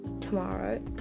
tomorrow